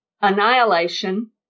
annihilation